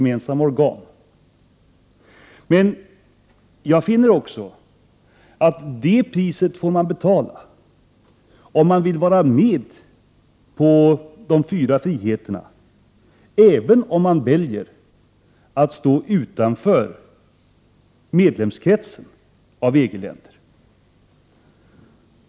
Men jag finner också att det priset får man betala, om man vill vara med på de fyra friheterna, även om man väljer att stå utanför medlemskretsen av EG-länder.